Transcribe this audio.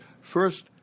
First